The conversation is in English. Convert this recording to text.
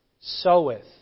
soweth